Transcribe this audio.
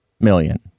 million